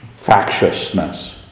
factiousness